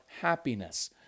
happiness